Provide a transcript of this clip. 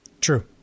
True